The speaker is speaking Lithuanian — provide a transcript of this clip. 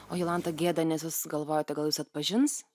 o jolanta gėda nes jūs galvojote gal jus atpažins